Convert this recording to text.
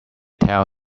tell